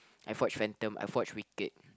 I've watched Phantom I've watched Wicked